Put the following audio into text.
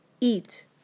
Eat